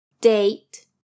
date